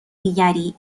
دیگری